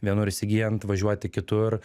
vienur įsigyjant važiuoti kitur